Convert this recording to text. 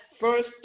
first